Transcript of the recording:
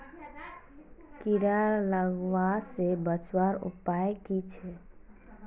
कीड़ा लगवा से बचवार उपाय की छे?